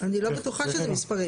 אני לא בטוחה שזה מספרים,